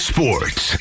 Sports